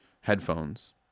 headphones